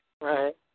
right